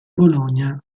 bologna